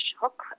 hook